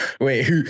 wait